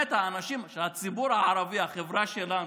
שהציבור הערבי, החברה שלנו,